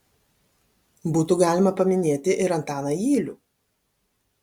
būtų galima paminėti ir antaną ylių